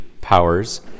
powers